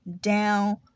down